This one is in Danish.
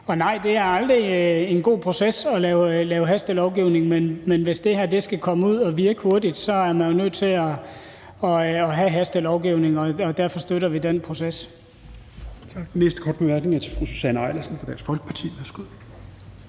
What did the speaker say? Og nej, det er aldrig en god proces at lave hastelovgivning, men hvis det her skal komme ud at virke hurtigt, er man jo nødt til at have hastelovgivning, og derfor støtter vi den proces. Kl. 11:08 Fjerde næstformand (Rasmus Helveg